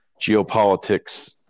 geopolitics